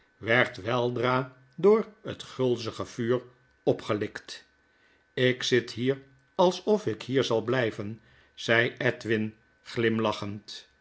werd weldra door het gulzige vuur opgelikt h ik zit hier alsof ik hier zal bly ven zei edwin glimlachend